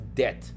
debt